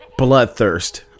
bloodthirst